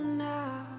now